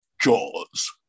jaws